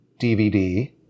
DVD